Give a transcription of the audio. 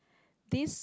this